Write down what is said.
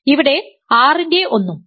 ഇവിടെ R ൻറെ ഒന്നും